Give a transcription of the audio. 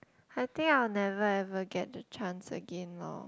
I think I'll never ever get the chance again lor